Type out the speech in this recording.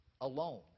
alone